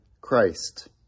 Christ